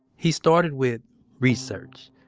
he started with research.